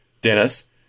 Dennis